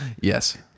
Yes